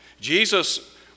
Jesus